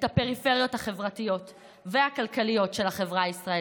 את הפריפריות החברתיות והכלכליות של החברה הישראלית,